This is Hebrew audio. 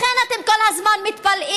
לכן אתם כל הזמן מתפלאים: